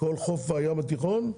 בכל חוף הים התיכון,